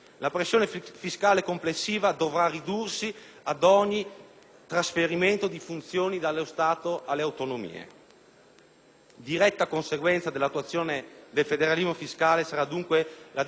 trasferimento di funzioni dallo Stato alle autonomie. Diretta conseguenza dell'attuazione del federalismo fiscale sarà dunque la diminuzione del prelievo fiscale: lo Stato chiederà meno tasse.